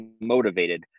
motivated